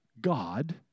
God